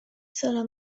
solo